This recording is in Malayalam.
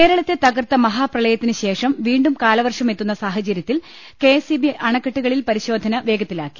കേരളത്തെ തകർത്ത മഹാപ്രളയത്തിന് ശേഷം വീണ്ടും കാലവർഷം എത്തുന്ന സാഹചര്യത്തിൽ കെഎസ്ഇബി അണക്കെട്ടുകളിൽ പരിശോധന വേഗത്തിലാക്കി